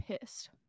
pissed